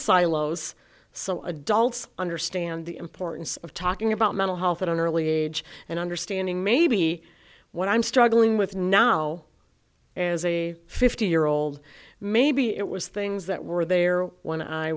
silos so adults understand the importance of talking about mental health at an early age and understanding maybe what i'm struggling with now is a fifty year old maybe it was things that were there when i